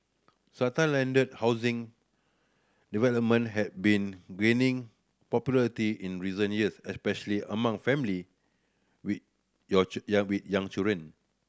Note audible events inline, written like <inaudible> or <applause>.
strata landed housing development have been gaining popularity in recent years especially among family with your <unintelligible> young with young children